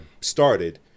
started